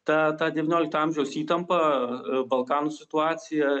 ta ta devyniolikto amžiaus įtampa balkanų situacija